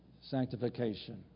sanctification